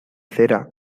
cera